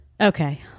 Okay